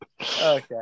Okay